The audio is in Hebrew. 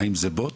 - האם זה בוט?